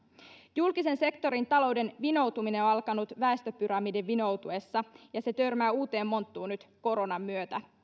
julkisen sektorin talouden vinoutuminen on alkanut väestöpyramidin vinoutuessa ja se törmää uuteen monttuun nyt koronan myötä